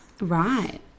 Right